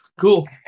Cool